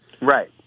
Right